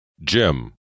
Jim